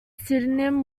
pseudonym